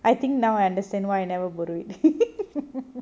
I think now I understand why I never borrow it